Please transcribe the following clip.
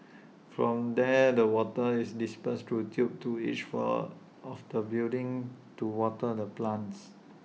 from there the water is dispersed through tubes to each floor of the building to water the plants